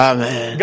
Amen